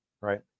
right